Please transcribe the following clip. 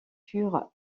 furent